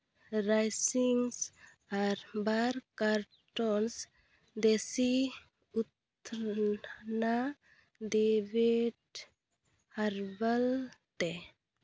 raisins ᱟᱨ bar cartons ᱫᱮᱥᱤ ᱩᱛᱛᱚᱨᱱᱟ ᱰᱮᱵᱮᱴ ᱦᱟᱨᱵᱟᱞ ᱛᱮ